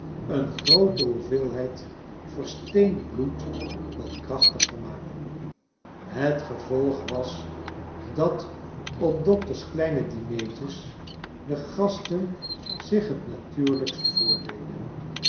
een groote hoeveelheid versteend bloed wat krachtiger maken het gevolg was dat op dokter's kleine dineetjes de gasten zich het natunrlijkst voordeden